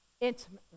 intimately